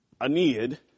Aeneid